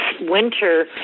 winter